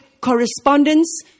correspondence